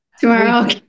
Tomorrow